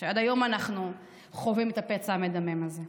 עד היום אנחנו חווים את הפצע המדמם הזה.